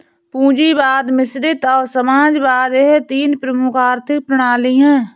पूंजीवाद मिश्रित और समाजवाद यह तीन प्रमुख आर्थिक प्रणाली है